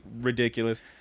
ridiculous